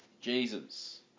Jesus